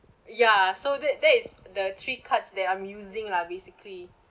ya so that that is the three cards that I'm using lah basically